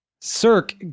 Cirque